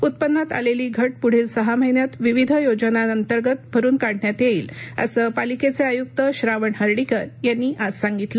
उत्पन्नात आलेली घट पुढील सहा महिन्यात विविध योजना अंतर्गत भरून काढण्यात येईल असं पालिकेचे आयुक्त श्रावण हर्डीकर यांनी आज सांगितलं